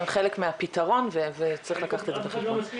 הן חלק מהפתרון וצריך לקחת את זה בחשבון.